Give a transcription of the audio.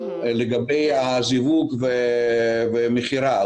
לגבי הזיווג ומכירה,